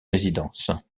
résidences